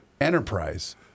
enterprise